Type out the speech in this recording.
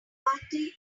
faculty